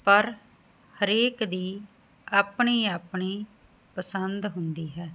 ਪਰ ਹਰੇਕ ਦੀ ਆਪਣੀ ਆਪਣੀ ਪਸੰਦ ਹੁੰਦੀ ਹੈ